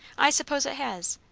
i suppose it has.